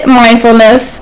mindfulness